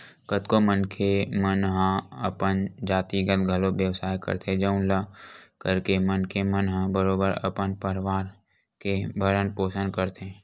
कतको मनखे मन हा अपन जातिगत घलो बेवसाय करथे जउन ल करके मनखे मन ह बरोबर अपन परवार के भरन पोसन करथे